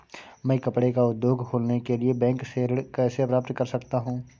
मैं कपड़े का उद्योग खोलने के लिए बैंक से ऋण कैसे प्राप्त कर सकता हूँ?